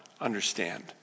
Understand